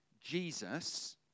Jesus